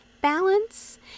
balance